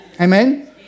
amen